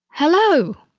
hello.